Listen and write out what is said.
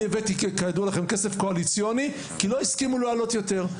אני הבאתי כידוע לכם כסף קואליציוני כי לא הסכימו להעלות יותר.